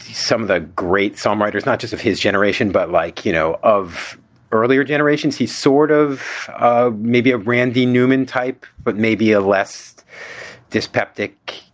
some of the great songwriters, not just of his generation, but like, you know, of earlier generations. he's sort of of maybe a randy newman type, but maybe a less dyspeptic,